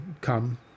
come